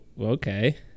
okay